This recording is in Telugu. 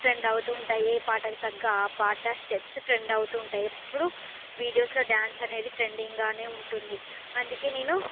ట్రెండ్ అవుతూ ఉంటాయి ఏ పాటకు తగ్గ ఆ పాట స్టెప్స్ ట్రెండ్ అవుతూ ఉంటాయి ఎప్పుడూ వీడియోస్లో డ్యాన్స్ అనేది ట్రేండింగ్గానే ఉంటుంది అందుకే నేను